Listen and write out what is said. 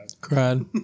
cried